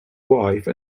wife